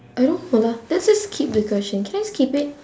I don't know lah let's just skip the question can I skip it